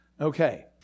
Okay